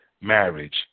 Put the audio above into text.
marriage